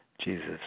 Jesus